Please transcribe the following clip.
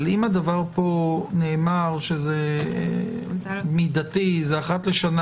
אבל אם נאמר פה שהדבר מידתי הוא אחת לשנה